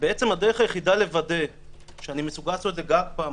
ובעצם הדרך היחידה לוודא שאני מסוגל לעשות את זה גג פעם